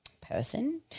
person